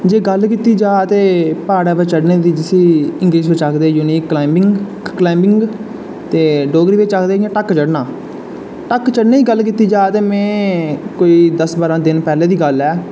जे गल्ल कीती जा जे प्हाड़ां पर चढ़नें दे ते जिसी इंगलिश च आखदे तुस यूनिक कलाईविंग ते डोगरी बिच्च आखदे आखदे इयां ढक्क चड़ना ढक्क चढ़नें दी गल्ल कीती जां ते में कोई दस पंदरां दिन पैह्लें दी गल्ल ऐ